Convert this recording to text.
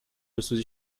pessoas